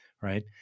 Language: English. right